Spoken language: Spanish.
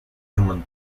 human